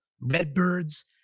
Redbirds